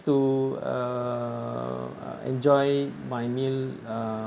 to uh enjoy my meal uh